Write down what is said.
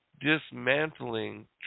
dismantling